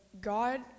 god